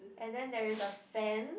and then there is a fan